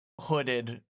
hooded